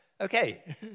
Okay